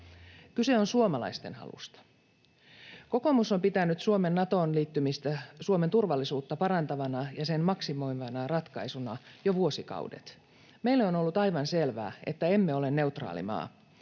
Kyse on suomalaisten halusta. Kokoomus on pitänyt Suomen Natoon liittymistä Suomen turvallisuutta parantavana ja sen maksimoivana ratkaisuna jo vuosikaudet. Meille on ollut aivan selvää, että emme ole neutraali maa,